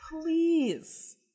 please